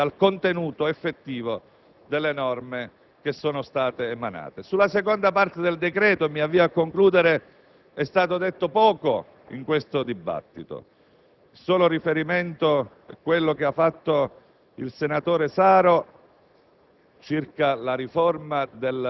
a volte totalmente distanti dal contenuto effettivo delle norme che sono state emanate. Sulla seconda parte del decreto - mi avvio a concludere - è stato detto poco in questo dibattito. Vi è stato un solo riferimento - quello del senatore Saro